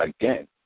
again